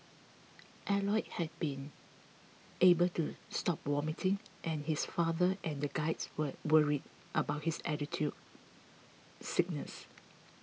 Elliot had not been able to stop vomiting and his father and the guides were worried about his altitude sickness